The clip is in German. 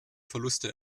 verluste